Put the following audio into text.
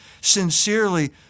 sincerely